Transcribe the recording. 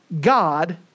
God